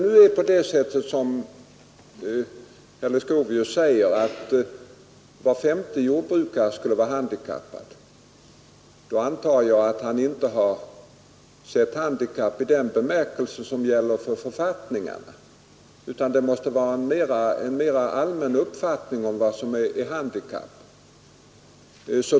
När nu, som herr Leuchovius säger, var femte jordbrukare skulle vara handikappad, så antar jag att han inte har avsett handikapp i den bemärkelse som gäller i författningarna, utan det måste vara en mera allmän uppfattning om vad som är handikapp.